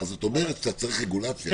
אתה אומר שצריך רגולציה.